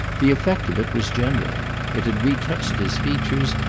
the effect of it was general it had retouched his features,